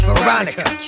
Veronica